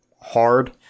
hard